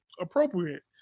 appropriate